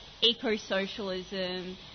eco-socialism